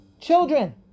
children